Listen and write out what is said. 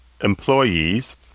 employees